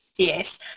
Yes